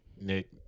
Nick